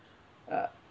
uh